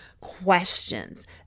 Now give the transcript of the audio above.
questions